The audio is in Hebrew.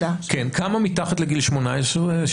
כמה מתחת לגיל 18?